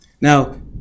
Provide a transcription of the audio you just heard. Now